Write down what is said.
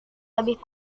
lebih